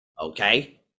okay